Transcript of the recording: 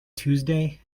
tuesday